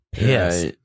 Yes